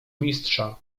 mistrza